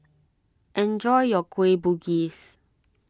enjoy your Kueh Bugis